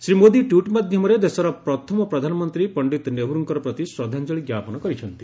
Shri Modi tweet ମାଧ୍ୟମରେ ଦେଶର ପ୍ରଥମ ପ୍ରଧାନମନ୍ତ୍ରୀ ପଣ୍ଡିତ ନେହେରୁଙ୍କ ପ୍ରତି ଶ୍ରଦ୍ଧାଞ୍ଜଳି ଜ୍ଞାପନ କରିଛନ୍ତି